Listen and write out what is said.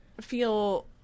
feel